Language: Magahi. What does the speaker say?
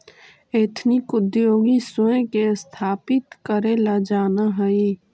एथनिक उद्योगी स्वयं के स्थापित करेला जानऽ हई